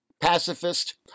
pacifist